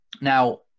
Now